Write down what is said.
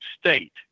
state